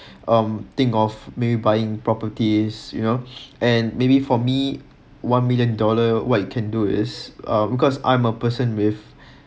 um think of maybe buying properties you know and maybe for me one million dollar what you can do is uh because I'm a person with